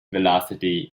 velocity